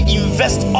invest